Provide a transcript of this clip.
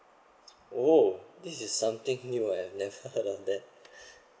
oh this is something new I've never heard of that